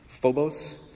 Phobos